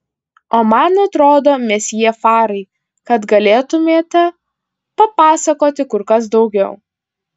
o man atrodo mesjė farai kad galėtumėte papasakoti kur kas daugiau